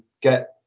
get